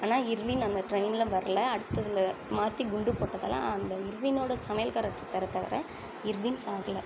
ஆனால் இர்வின் அந்த ட்ரெயின்ல வரல அடுத்ததில் மாற்றி குண்டு போட்டதால் அந்த இர்வினோட சமையல்காரர் செத்தாரே தவிர இர்வின் சாகலை